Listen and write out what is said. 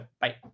Bye